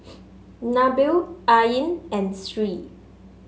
Nabil Ain and Sri